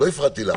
לא הפרעתי לך.